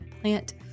Plant